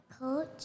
coach